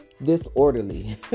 disorderly